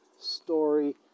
story